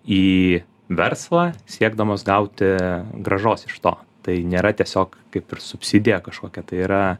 į verslą siekdamos gauti grąžos iš to tai nėra tiesiog kaip ir subsidija kažkokia tai yra